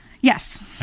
Yes